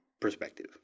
perspective